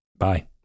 Bye